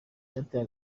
byateye